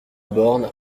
borne